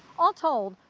all told,